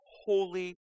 holy